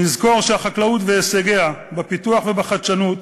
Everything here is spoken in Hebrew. נזכור שהחקלאות והישגיה בפיתוח ובחדשנות